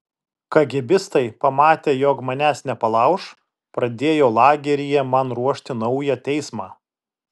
kagėbistai pamatę jog manęs nepalauš pradėjo lageryje man ruošti naują teismą